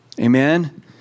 Amen